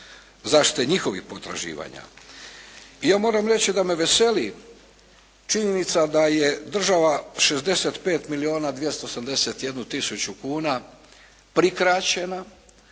zaštite njihovih potraživanja. I ja moram reći da me veseli činjenica da je država 65 milijuna 281 tisuću kuna prikraćena.